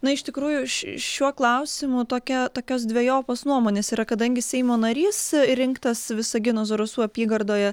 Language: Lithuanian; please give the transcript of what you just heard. na iš tikrųjų ši šiuo klausimu tokia tokios dvejopos nuomonės yra kadangi seimo narys rinktas visagino zarasų apygardoje